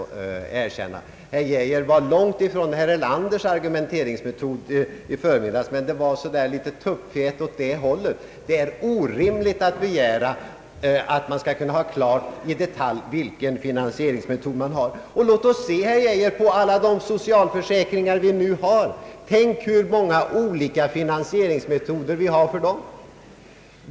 Herr Geijer var långt ifrån den argumenteringsmetod herr Erlander begagnade i förmiddags, men han tog ett tuppfjät åt det hållet. Det är orimligt att begära att man skall ha klart i detalj vilken finansieringsmetod man bör välja. Låt oss se, herr Geijer, på alla de socialförsäkringar vi nu har och de många olika finansieringsmetoderna för dessa!